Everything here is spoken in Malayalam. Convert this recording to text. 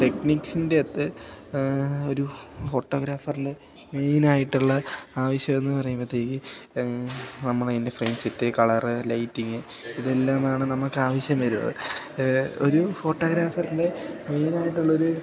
ടെക്നിക്സിൻ്റെയകത്ത് ഒരു ഫോട്ടോഗ്രാഫറിലെ മെയിനായിട്ടുള്ള ആവശ്യമെന്നു പറയുമ്പോഴത്തേക്ക് നമ്മളതിൻ്റെ ഫ്രെയിം സെറ്റ് കളര് ലൈറ്റിങ് ഇതെല്ലാമാണ് നമുക്ക് ആവശ്യം വരുന്നത് ഒരു ഫോട്ടോഗ്രാഫറിൻ്റെ മെയിനായിട്ടുള്ളൊരു